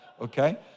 Okay